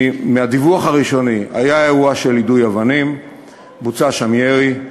מהדיווח הראשוני עולה שהיה אירוע של יידוי אבנים ובוצע שם ירי.